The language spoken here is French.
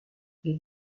les